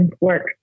work